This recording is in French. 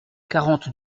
quarante